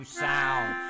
sound